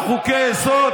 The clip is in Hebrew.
דנה ויס,